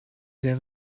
zijn